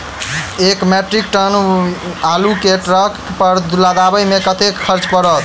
एक metric ton आलु केँ ट्रक पर लदाबै मे कतेक खर्च पड़त?